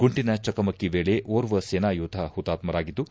ಗುಂಡಿನ ಚಕಮಕಿ ವೇಳೆ ಓರ್ವ ಸೇನಾ ಯೋಧ ಹುತಾತ್ತರಾಗಿದ್ದು